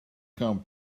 come